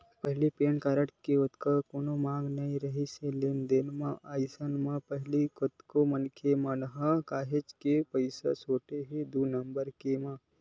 पहिली PAN card के ओतका कोनो मांग नइ राहय लेन देन म, अइसन म पहिली कतको मनखे मन ह काहेच के पइसा सोटे हे दू नंबर के